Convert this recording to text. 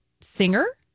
singer